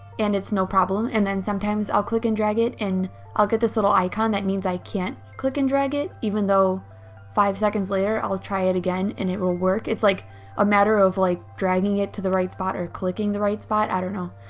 and it's no problem. and then sometimes i'll click and drag it and i'll get this little icon that means i can't click and drag it, even though five seconds later i'll try it again and it will work. it's like a matter of like dragging it to the right spot, or clicking the right spot, spot, i don't know.